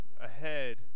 ahead –